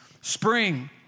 Spring